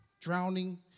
drowning